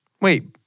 Wait